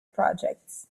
projects